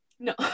No